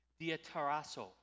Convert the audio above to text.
diataraso